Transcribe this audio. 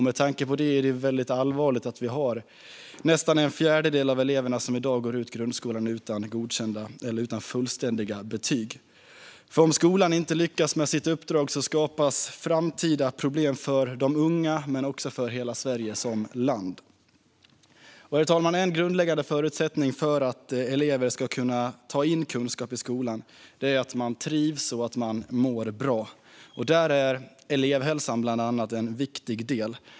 Med tanke på detta är det väldigt allvarligt att nästan en fjärdedel av eleverna i dag går ut grundskolan utan fullständiga betyg. Om skolan inte lyckas med sitt uppdrag skapas framtida problem för de unga men också för Sverige som land. Herr talman! En grundläggande förutsättning för att elever ska kunna ta in kunskap i skolan är att de trivs och mår bra. Där är bland annat elevhälsan en viktig del.